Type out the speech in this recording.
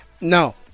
no